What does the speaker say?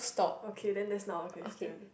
okay then that's not a question